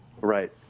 Right